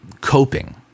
coping